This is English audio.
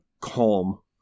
calm